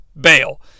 bail